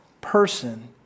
person